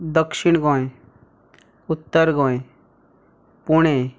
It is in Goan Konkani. दक्षिण गोंय उत्तर गोंय पुणें